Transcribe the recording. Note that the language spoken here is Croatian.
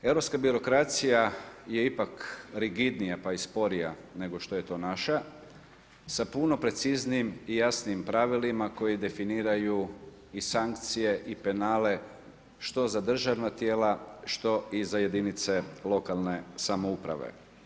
Europska birokracija je ipak rigidnija pa i sporija nego što je naša, sa puno preciznijim i jasnijim pravilima koji definiraju i sankcije i penale što za državna tijela, što i za jedinice lokalne samouprave.